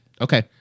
Okay